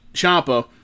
Champa